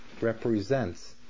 represents